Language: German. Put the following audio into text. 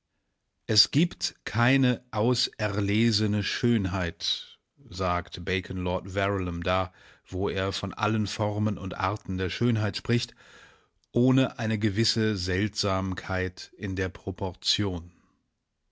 es gibt keine auserlesene schönheit sagt bacon lord verulam da wo er von allen formen und arten der schönheit spricht ohne eine gewisse seltsamkeit in der proportion